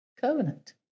covenant